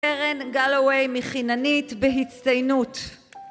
קרן גלווי מחיננית בהצטיינות